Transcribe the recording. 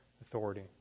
authority